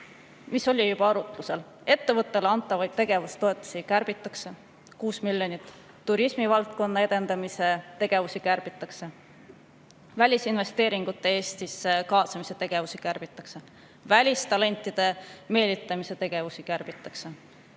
nagu oli juba arutlusel, ettevõtjatele antavaid tegevustoetusi kärbitakse 6 miljonit, turismivaldkonna edendamise tegevusi kärbitakse, välisinvesteeringute Eestisse kaasamise tegevusi kärbitakse, välistalentide meelitamise tegevusi kärbitakse.